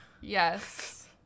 yes